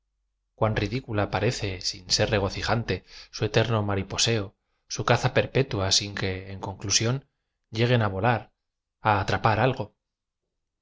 ridículo parece sin ser regocijante su eterno tnarlposeo su caza per petua sin que en conclusión lleguen á vola r y á atra par algo su